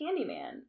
Candyman